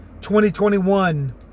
2021